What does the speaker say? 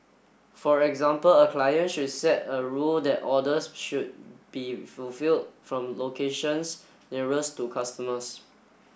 for example a client should set a rule that orders should be fulfilled from locations nearest to customers